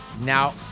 Now